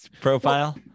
profile